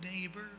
neighbor